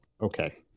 okay